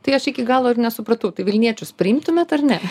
tai aš iki galo ir nesupratau tai vilniečius priimtumėt ar ne